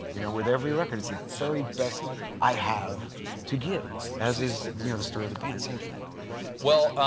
you know, with every record it's the very best i have to give, as is, you know, the story of the band. same thing. stephen well,